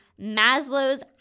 Maslow's